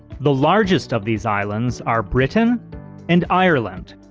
the largest of these islands are britain and ireland.